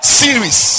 series